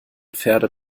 pferde